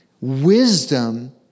Wisdom